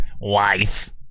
Wife